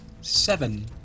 Seven